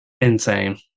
Insane